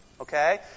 okay